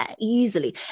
easily